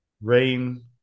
Rain